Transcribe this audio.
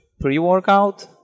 pre-workout